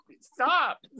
stop